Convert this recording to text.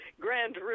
Grand